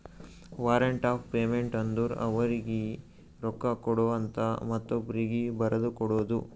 warrant of payment ಅಂದುರ್ ಅವರೀಗಿ ರೊಕ್ಕಾ ಕೊಡು ಅಂತ ಮತ್ತೊಬ್ರೀಗಿ ಬರದು ಕೊಡೋದು